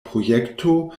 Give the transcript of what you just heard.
projekto